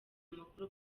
amakuru